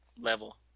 level